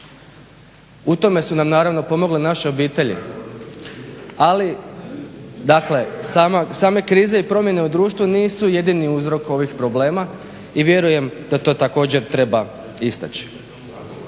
U tome su nam naravno pomogle naše obitelji, ali dakle same krize i promjene u društvu nisu jedini uzrok ovih problema i vjerujem da to također treba istaći.